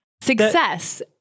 success